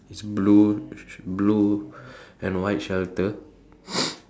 is blue blue and white shelter